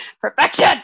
perfection